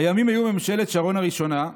הימים היו ימי ממשלת שרון הראשונה.